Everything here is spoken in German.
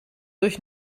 durch